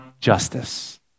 justice